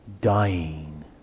dying